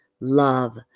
love